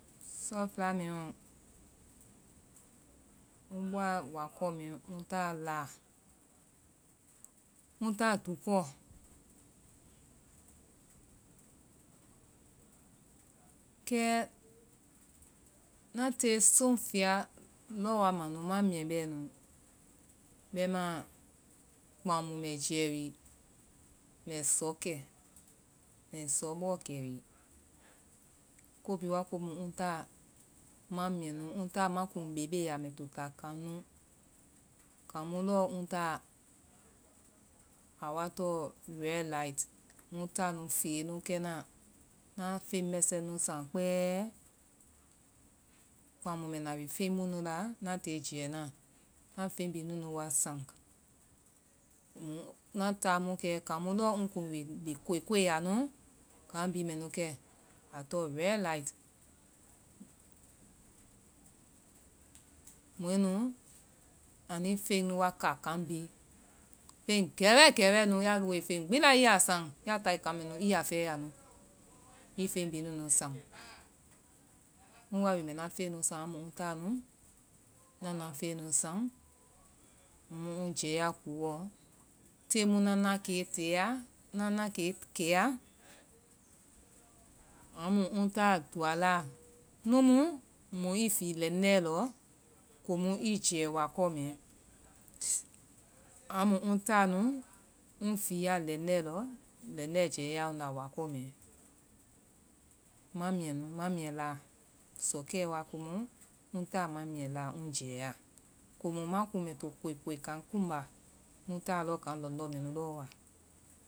sɔɔ fɛla mɛɛɔ ŋ bɔa wákɔ mɛɛ ŋ táa láa ŋ táa dukɔ, ŋ táa dukɔ, kɛ ŋna tée soŋfɛa lɔɔ wa ma nu, ma minyɛ bɛɛ nu. Bɛimaã kah̃ mu bɛ jɛɛ wi mbɛ sɔ kɛ. mbɛ sɔ bɔɔ kɛ, ko bhii waa komu ŋ táa ma minyɛ nu, ŋ táa ma kuŋ béebée ya mɛ to ta kaŋ nu. Kaŋ mu lɔɔ ŋ táa a wa tɔŋ redlight, mu táa nu fee kɛna, ŋna feŋ mɛsɛ nu saŋ kpɛ́ɛ, kah̃ mu mbɛ na wi feŋ mu nu la ŋna tie jɛɛ naã. Ŋna feŋ bhii nu nu wa saŋ, komu ŋna táa mu kɛ, kaŋ mu lɔɔ ŋ kuŋ wi ko-koikoi ya nu, kaŋ bhii mɛ nu kɛ. nu tɔŋ red light mɔɛ nu anii feŋ nu wa ka kaŋ bhii. Feŋ gɛwɛ gɛwɛɛ nu, ya woe feŋ lɛi gbi la i ya saŋ, ya tae kaŋ mɛnu i ya fɛɛ ya nu, i feŋ bhii nunu saŋ. Ŋwoa wi mbɛ nã feŋɛ nu saŋ amu ŋ táa nu, na na feŋɛ nu saŋ, amu ŋ jɛɛa kuuɔ, tee mu ŋna na tee tea- ŋna na tee kea, amu ŋ táa dualaa, nu mu mɔ i fii lɛndɛɛ lɔ komu i jɛɛ wákɔ mɛɛ. sii-amu ŋ táa nu ŋ fiia lɛndɛɛ lɔ lɛndɛɛ jɛɛa ŋnda wákɔ mɛɛ. ma minyɛ nu ma minyɛ láa, sɔkɛɛ wa komu ŋ táa ma minyɛ láa ŋ jɛɛa, komu ma kuŋ mbɛ to koikoi kaŋ kuŋba ŋ táa lɔɔ kaŋ lɔndɔ mɛnu lɔɔ wa.